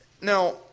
Now